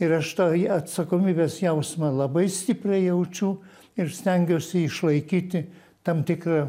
ir aš tą atsakomybės jausmą labai stipriai jaučiu ir stengiuosi išlaikyti tam tikrą